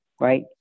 Right